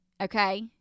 Okay